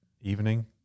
evening